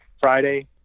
Friday